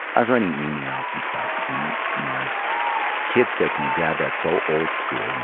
i was writing emails and stuff and my kid said to me, dad, that's so old school. yeah